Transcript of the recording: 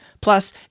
Plus